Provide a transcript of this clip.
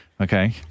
Okay